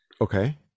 Okay